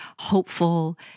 hopeful